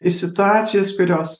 iš situacijos kurios